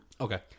Okay